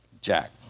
Jack